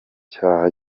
cyaha